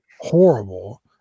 horrible